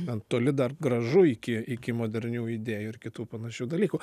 ten toli dar gražu iki iki modernių idėjų ir kitų panašių dalykų